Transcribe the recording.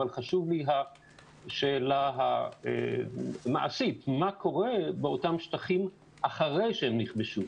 אבל חשובה לי השאלה המעשית מה קורה בשטחים אחרי שהם נכבשו.